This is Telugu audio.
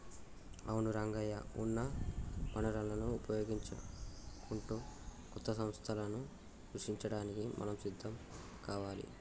అవును రంగయ్య ఉన్న వనరులను వినియోగించుకుంటూ కొత్త సంస్థలను సృష్టించడానికి మనం సిద్ధం కావాలి